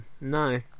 no